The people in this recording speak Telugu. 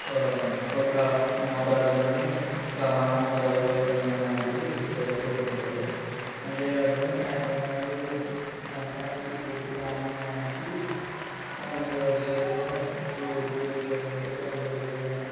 ఒక మోతాదులోనే సమాన మోతాదులో తినడం లాంటివి చేస్తూ ఉంటారు అంతేకాకుండా సాయంత్రం వాళ్ళు మొత్తానికి పూర్తిగా అన్నం మానేసి కొన్ని రోజులైతే ఫ్రూట్సు లేదంటే కొన్ని రోజులేమో